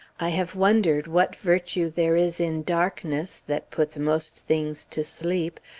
i have wondered what virtue there is in darkness, that puts most things to sleep,